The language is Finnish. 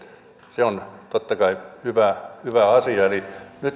se on totta kai hyvä asia nyt